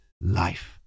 life